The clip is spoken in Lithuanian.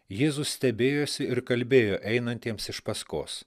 jėzus stebėjosi ir kalbėjo einantiems iš paskos